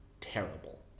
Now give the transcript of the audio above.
terrible